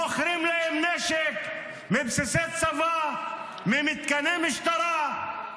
מוכרים להם נשק מבסיסי צבא, ממתקני משטרה,